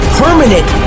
permanent